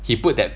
he put that